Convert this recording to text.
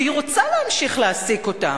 והיא רוצה להמשיך להעסיק אותם,